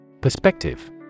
Perspective